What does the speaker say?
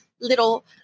little